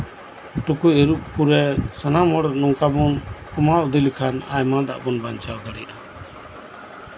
ᱴᱩᱠᱩᱪ ᱟᱹᱨᱩᱵᱽ ᱠᱚᱨᱮ ᱥᱟᱱᱟᱢ ᱦᱚᱲ ᱱᱚᱝᱠᱟ ᱵᱚᱱ ᱠᱟᱢᱟᱣ ᱤᱫᱤ ᱞᱮᱱᱠᱷᱟᱱ ᱟᱭᱢᱟ ᱫᱟᱜ ᱵᱚᱱ ᱵᱟᱧᱪᱟᱣ ᱫᱟᱲᱮᱭᱟᱜᱼᱟ